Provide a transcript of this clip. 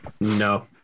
No